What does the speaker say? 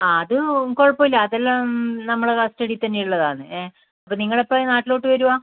ആ അത് കുഴപ്പമില്ല അതെല്ലാം നമ്മുടെ കസ്റ്റഡി യിൽ തന്നെയുള്ളതാണ് ഏ അപ്പോൾ നിങ്ങളെപ്പഴാണ് നാട്ടിലോട്ട് വരിക